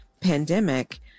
pandemic